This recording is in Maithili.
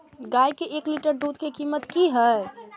गाय के एक लीटर दूध के कीमत की हय?